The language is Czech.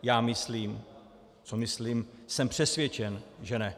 Já myslím, co myslím, jsem přesvědčen, že ne.